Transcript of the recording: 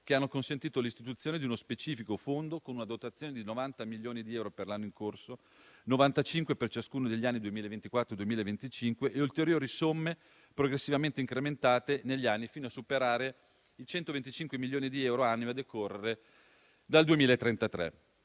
che hanno consentito l'istituzione di uno specifico fondo con una dotazione di 90 milioni di euro per l'anno in corso, 95 milioni per ciascuno degli anni 2024-2025 e ulteriori somme progressivamente incrementate negli anni, fino a superare i 125 milioni di euro annui a decorrere dal 2033.